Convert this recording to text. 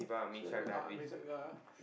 sorry the uh it's like the